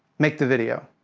make the video.